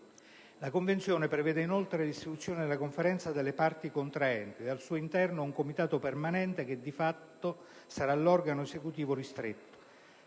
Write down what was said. La Convenzione prevede inoltre l'istituzione della Conferenza delle parti contraenti e, al suo interno, un Comitato permanente che, di fatto, sarà l'organo esecutivo ristretto.